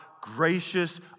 gracious